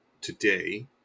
today